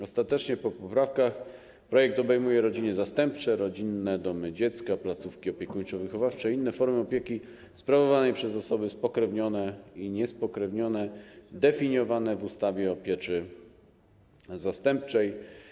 Ostatecznie po poprawkach projekt obejmuje rodziny zastępcze, rodzinne domy dziecka, placówki opiekuńczo-wychowawcze i inne formy opieki sprawowanej przez osoby spokrewnione i niespokrewnione, definiowane w ustawie o pieczy zastępczej.